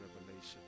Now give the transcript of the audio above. revelation